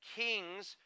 kings